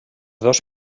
dos